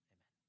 Amen